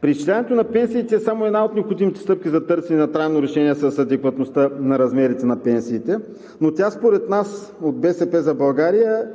Преизчисляването на пенсиите е само една от необходимите стъпки за търсене на трайно решение с адекватността на размерите на пенсиите, но тя според нас – от „БСП за България“,